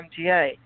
MTA